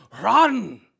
Run